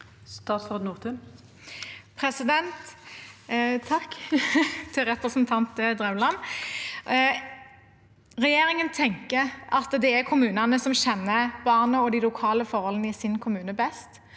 Nessa Nordtun Takk til representanten Drevland Lund. Regjeringen tenker at det er kommunene som kjenner barna og de lokale forholdene i sin kommune best.